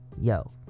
Yo